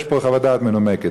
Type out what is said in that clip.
יש פה חוות דעת מנומקת.